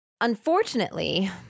Unfortunately